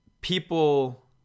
people